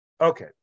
Okay